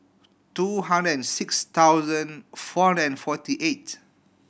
two hundred and six thousand four hundred and forty eight